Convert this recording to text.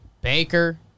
Baker